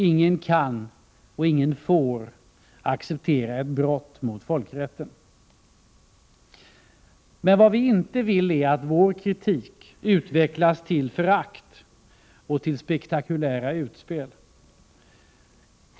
Ingen kan och får acceptera att brott mot folkrätten. Men vad vi inte vill är att vår kritik utvecklas till förakt och till spektakulära utspel.